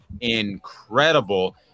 incredible